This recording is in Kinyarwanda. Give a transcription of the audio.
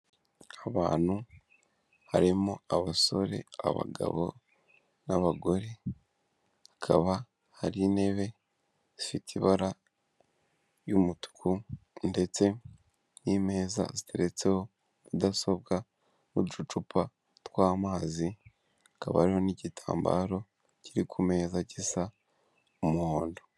Abantu harimo abasore, abagabo n'abagore kaba hari intebe zifite ibara ry'umutuku ndetse n'imeza ziteretseho mudasobwa n'uducupa t twaamazi kabariro n'igitambaro kiri ku meza gisa'umuhondo.